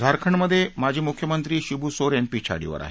झारखंडमधे माजी मुख्यमंत्री शिवू सोरेन पिछाडीवर आहेत